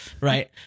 Right